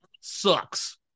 Sucks